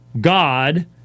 God